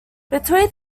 between